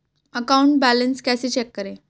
Account balance कैसे check करें?